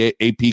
AP